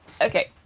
okay